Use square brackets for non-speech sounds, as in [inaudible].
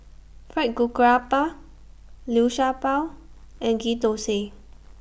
Fried [unintelligible] Liu Sha Bao and Ghee Thosai